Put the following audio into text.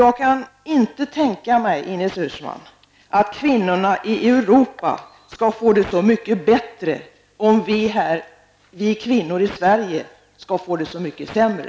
Jag kan inte tänka mig, Ines Uusmann, att kvinnorna i Europa skall få det så mycket bättre om vi kvinnor här i Sverige får det mycket sämre.